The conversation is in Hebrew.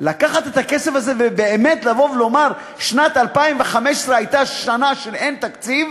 לקחת את הכסף הזה ובאמת לבוא ולומר ששנת 2015 הייתה שנה של אין-תקציב,